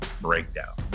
Breakdown